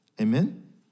Amen